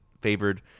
favored